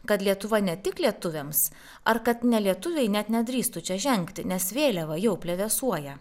kad lietuva ne tik lietuviams ar kad nelietuviai net nedrįstų čia žengti nes vėliava jau plevėsuoja